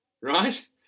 Right